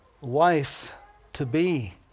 wife-to-be